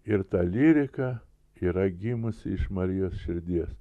ir ta lyrika yra gimusi iš marijos širdies